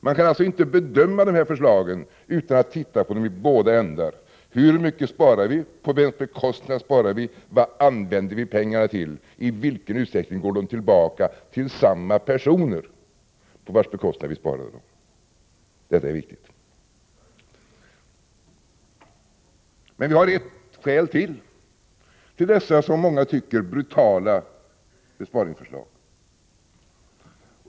Man kan alltså inte bedöma förslagen utan att titta på dem i båda ändar: Hur mycket sparar vi, på vems bekostnad sparar vi, vad använder vi pengarna till och i vilken utsträckning går de tillbaka till samma personer på vilkas bekostnad vi sparade? Detta är viktigt. Men vi har ett skäl till för dessa, som många tycker, brutala besparingsförslag.